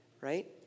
right